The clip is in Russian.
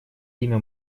имя